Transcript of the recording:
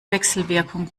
wechselwirkung